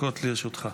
לרשותך.